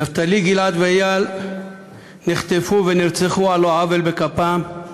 נפתלי, גיל-עד ואיל נחטפו ונרצחו על לא עוול בכפם,